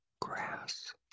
grass